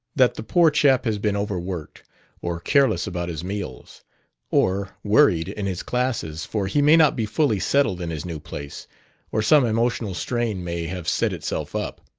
that the poor chap has been overworked or careless about his meals or worried in his classes for he may not be fully settled in his new place or some emotional strain may have set itself up